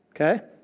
Okay